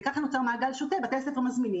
וככה נוצר מעגל שוטה: בתי ספר מזמינים,